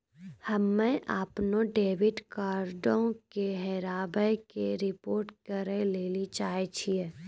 हम्मे अपनो डेबिट कार्डो के हेराबै के रिपोर्ट करै लेली चाहै छियै